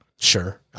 Sure